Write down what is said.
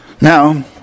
Now